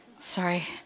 Sorry